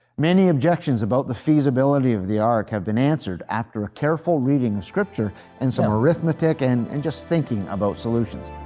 many objections about the feasibility of the ark have been answered after a careful reading of scripture and some arithmetic and and just thinking about solutions.